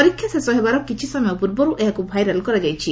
ପରୀକ୍ଷା ଶେଷ ହେବାର କିଛି ସମୟ ପୁର୍ବରୁ ଏହାକୁ ଭାଇରାଲ୍ କରାଯାଇଛି